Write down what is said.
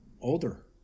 Older